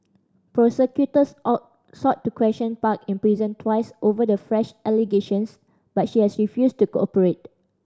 prosecutors out sought to question Park in prison twice over the fresh allegations but she has refused to cooperate